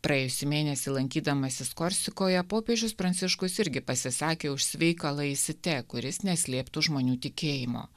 praėjusį mėnesį lankydamasis korsikoje popiežius pranciškus irgi pasisakė už sveiką laicite kuris neslėptų žmonių tikėjimo